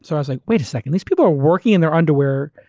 so i was like wait a second. these people are working in their underwear,